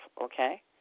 okay